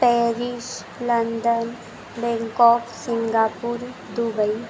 Paris London Bangkok Singapore Dubai